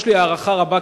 יש לי הערכה רבה,